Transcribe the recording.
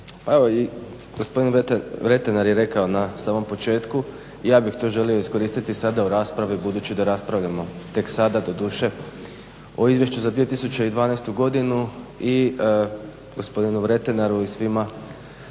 evo i gospodin Vretenar je rekao na samom početku i ja bih to želio iskoristiti sada u raspravi budući da raspravljamo tek sada doduše o izvješću za 2012.godinu i gospodinu Vretenaru i svima